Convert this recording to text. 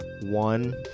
One